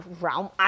Realm